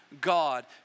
God